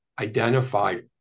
identified